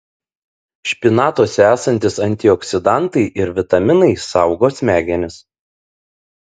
špinatuose esantys antioksidantai ir vitaminai saugo smegenis